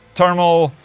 terminal.